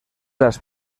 las